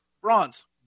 bronze